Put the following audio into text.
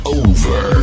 over